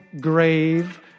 grave